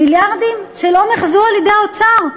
מיליארדים שלא נחזו על-ידי האוצר.